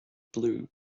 blue